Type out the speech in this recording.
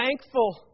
thankful